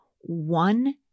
one